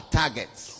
targets